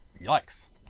Yikes